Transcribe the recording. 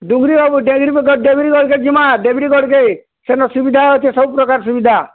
ଡ଼େବ୍ରିଗଡ଼୍କେ ଯିମାଁ ଡ଼େବ୍ରିଗଡ଼୍କେ ସେନ ସୁବିଧା ଅଛେ ସବୁପ୍ରକାର୍ ସୁବିଧା